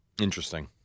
Interesting